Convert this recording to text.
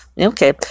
Okay